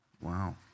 Wow